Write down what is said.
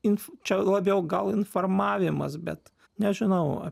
čia labiau gal informavimas bet nežinau